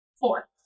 Four